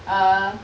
uh